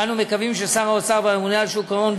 ואנו מקווים ששר האוצר והממונה על שוק ההון,